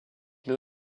mais